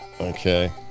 Okay